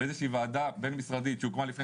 באיזושהי ועדה בין-משרדית שהוקמה לפני